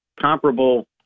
comparable